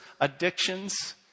addictions